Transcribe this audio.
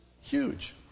huge